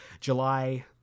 July